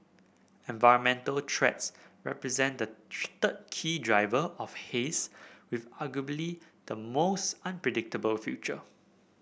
environmental trends represent the third key driver of haze with arguably the most unpredictable future